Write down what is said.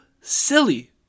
silly